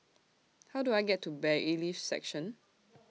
How Do I get to Bailiffs' Section